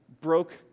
broke